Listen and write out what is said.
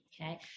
Okay